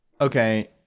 Okay